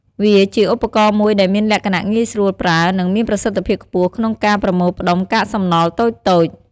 វាជាឧបករណ៍មួយដែលមានលក្ខណៈងាយស្រួលប្រើ និងមានប្រសិទ្ធភាពខ្ពស់ក្នុងការប្រមូលផ្តុំកាកសំណល់តូចៗ។